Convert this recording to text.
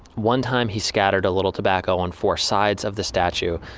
one time he scattered a little tobacco on four sides of the statue.